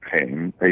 pain